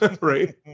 right